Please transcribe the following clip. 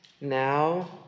Now